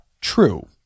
true